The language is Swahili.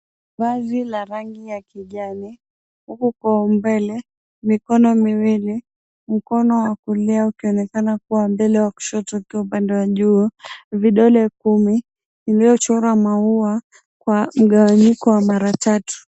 Vazi la rangi ya kijani, huku kwa umbele mikono miwili, mkono wa kulia ukionekana kuwa mbele wa kushoto ukiwa upande wa juu. Vidole kumi, viliyochorwa maua kwa mgawanyiko wa mara tatu.